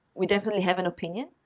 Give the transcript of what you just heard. we definitely have an opinion,